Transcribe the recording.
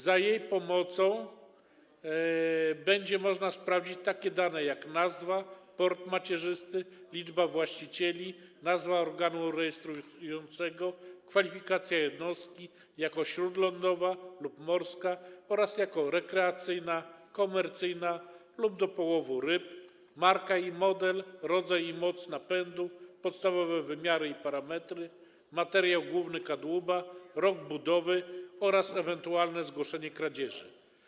Za jej pomocą będzie można sprawdzić takie dane, jak nazwa, port macierzysty, liczba właścicieli, nazwa organu rejestrującego, kwalifikacja jednostki jako śródlądowa lub morska oraz jako rekreacyjna, komercyjna lub do połowu ryb, marka i model, rodzaj i moc napędu, podstawowe wymiary i parametry, materiał główny kadłuba, rok budowy oraz ewentualne zgłoszenie kradzieży.